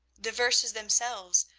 the verses themselves,